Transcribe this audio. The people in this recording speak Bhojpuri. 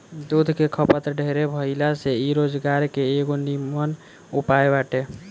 दूध के खपत ढेरे भाइला से इ रोजगार के एगो निमन उपाय बाटे